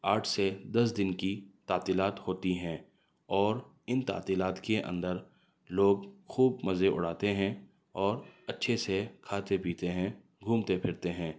آٹھ سے دس دن کی تعطیلات ہوتی ہیں اور ان تعطیلات کے اندر لوگ خوب مزے اڑاتے ہیں اور اچھے سے کھاتے پیتے ہیں گھومتے پھرتے ہیں